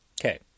Okay